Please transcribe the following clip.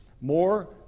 more